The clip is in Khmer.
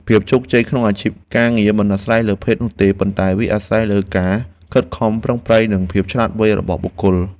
ភាពជោគជ័យក្នុងអាជីពការងារមិនអាស្រ័យលើភេទនោះទេ ប៉ុន្តែវាអាស្រ័យលើការខិតខំប្រឹងប្រែងនិងភាពឆ្លាតវៃរបស់បុគ្គល។